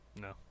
no